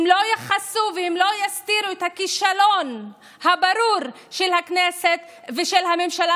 הם לא יכסו והם לא יסתירו את הכישלון הברור של הכנסת ושל הממשלה,